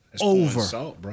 over